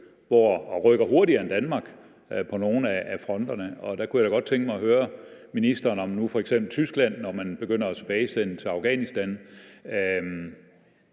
og rykker hurtigere end Danmark på nogle af fronterne. Der kunne jeg godt tænke mig at høre ministeren, når nu f.eks. Tyskland begynder at tilbagesende til Afghanistan,